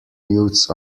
youths